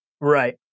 Right